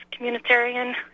communitarian